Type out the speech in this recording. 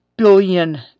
Billion